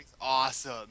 awesome